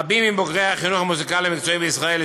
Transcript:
רבים מבוגרי החינוך המוזיקלי המקצועי בישראל,